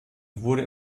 wurde